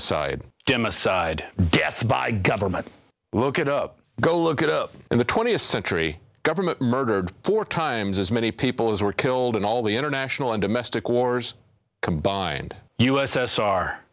aside gemma side death by government look it up go look it up in the twentieth century government murdered four times as many people as were killed in all the international and domestic wars combined u